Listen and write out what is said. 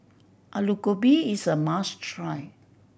Alu Gobi is a must try